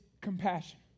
compassion